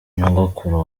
nyogokuru